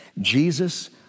Jesus